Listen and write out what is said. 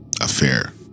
affair